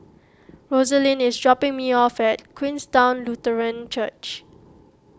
Roselyn is dropping me off at Queenstown Lutheran Church